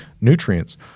nutrients